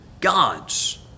gods